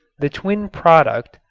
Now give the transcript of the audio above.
the twin product,